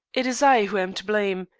it is i who am to blame.